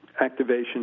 activation